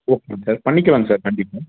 ஓகேங்க சார் பண்ணிக்கலாங்க சார் கண்டிப்பாக